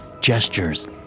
gestures